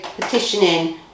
petitioning